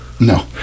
No